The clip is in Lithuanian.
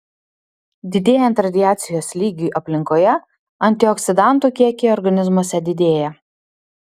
didėjant radiacijos lygiui aplinkoje antioksidantų kiekiai organizmuose didėja